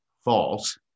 false